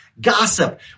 gossip